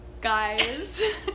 Guys